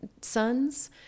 sons